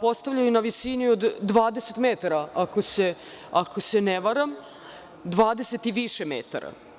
postavljaju na visini od 20 i više metara.